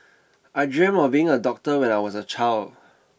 I dreamt of being a doctor when I was a child